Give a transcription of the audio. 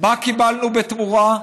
ומה קיבלנו בתמורה?